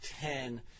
ten